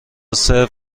سرو